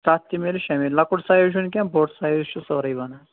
سَتھ تہِ میلہِ شےٚ میلہِ لۄکُٹ سایِز چھُنہٕ کیٚنٛہہ بوڑ سایِز چھُ سورُے بنان